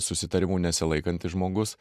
susitarimų nesilaikantis žmogus